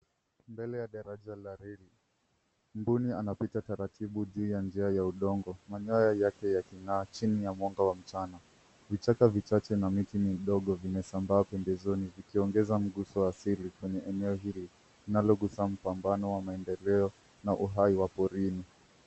Mbele ya daraja la reli, mbuni anapita taratibu juu ya njia ya udongo. Manyoya yake yaking'aa chini ya mwanga wa mchana. Vichaka vichache na miti midogo vimesambaa pembezoni vikiongeza mguso wa asili kwenye eneo hili linalogusa mpambano wa maendeleo na uhai wa porini.